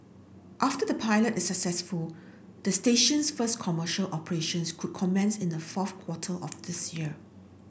after the pilot is successful the station's first commercial operations could commence in the fourth quarter of this year